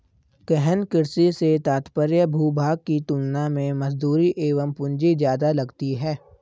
गहन कृषि से तात्पर्य भूभाग की तुलना में मजदूरी एवं पूंजी ज्यादा लगती है